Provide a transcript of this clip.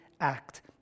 act